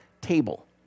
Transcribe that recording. table